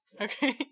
Okay